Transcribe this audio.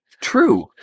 true